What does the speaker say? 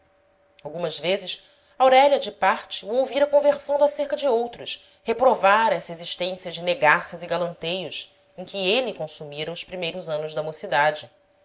algumas vezes aurélia de parte o ouvira conversando acerca de outros reprovar essa existência de negaças e galanteios em que ele consumira os primeiros anos da mocidade